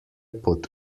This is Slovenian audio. pod